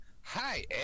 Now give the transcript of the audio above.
Hi